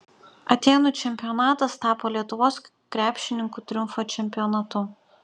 atėnų čempionatas tapo lietuvos krepšininkų triumfo čempionatu